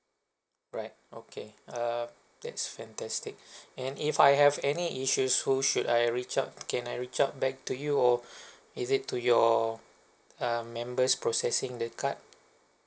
right okay err that's fantastic and if I have any issues who should I reach out can I reach out back to you or is it to your um members processing the card